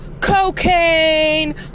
cocaine